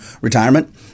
retirement